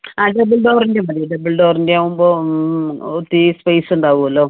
ആ ഡബിൾ ഡോറിൻ്റെ മതി ഡബിൾ ഡോറിൻ്റെ ആകുമ്പം ഒത്തിരി സ്പേസ് ഉണ്ടാകുമല്ലോ